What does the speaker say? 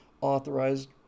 authorized